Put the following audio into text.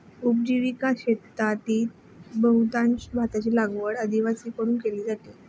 उपजीविका शेतीत बहुतांश भाताची लागवड आदिवासींकडून केली जाते